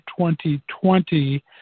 2020